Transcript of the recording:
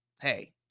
hey